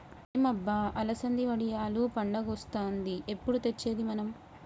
ఏం అబ్బ అలసంది వడియాలు పండగొస్తాంది ఎప్పుడు తెచ్చేది మనం